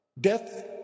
Death